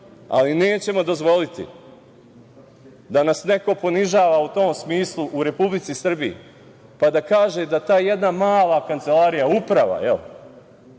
ali nećemo dozvoliti da nas neko ponižava u tom smislu u Republici Srbiji, pa da kaže da ta jedna mala kancelarija, uprava,